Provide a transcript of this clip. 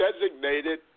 designated